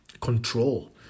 control